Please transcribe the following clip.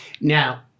Now